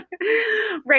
Right